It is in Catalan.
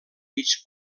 mig